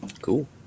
Cool